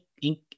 ink